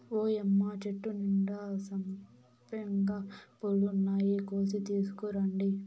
ఓయ్యమ్మ చెట్టు నిండా సంపెంగ పూలున్నాయి, కోసి తీసుకురండి